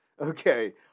Okay